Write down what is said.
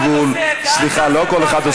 נגמר הזמן.